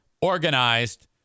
organized